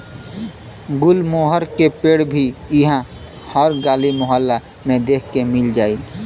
गुलमोहर के पेड़ भी इहा हर गली मोहल्ला में देखे के मिल जाई